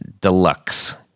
Deluxe